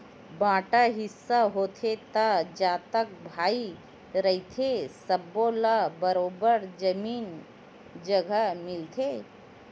बांटा हिस्सा होथे त जतका भाई रहिथे सब्बो ल बरोबर जमीन जघा मिलथे